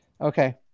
Okay